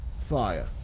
fire